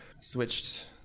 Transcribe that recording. switched